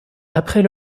après